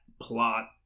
plot